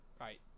right